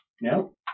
No